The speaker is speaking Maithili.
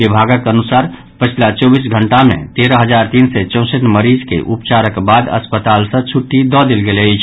विभागक अनुसार पछिला चौबीस घंटा मे तेरह हजार तीन सय चौंसठि मरीज के उपचारक बाद अस्पताल सँ छुट्टी देल गेल अछि